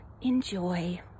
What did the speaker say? enjoy